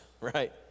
right